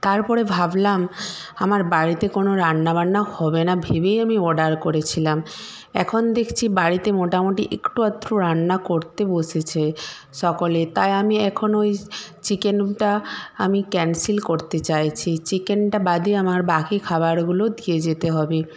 তারপরে ভাবলাম আমার বাড়িতে কোনো রান্না বান্না হবে না ভেবেই আমি অর্ডার করেছিলাম এখন দেখছি বাড়িতে মোটামুটি একটু আধটু রান্না করতে বসেছে সকলে তাই আমি এখন ওই চিকেনটা আমি ক্যান্সেল করতে চাইছি চিকেনটা বাদে আমার বাকি খাবারগুলো দিয়ে যেতে হবে